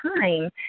time